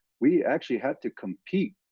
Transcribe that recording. we actually have to compete,